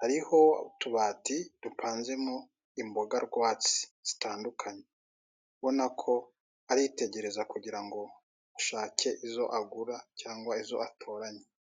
hariho utubati dupanzemo imboga rwatsi zitandukanye. Ubona ko ari aritegereza kugira ngo ashake izo agura cyangwa izo atorany.